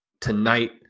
tonight